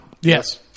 Yes